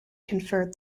conferred